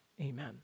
Amen